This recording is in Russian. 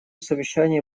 совещании